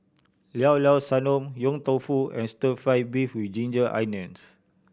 Llao Llao Sanum Yong Tau Foo and Stir Fry beef with ginger onions